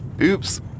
Oops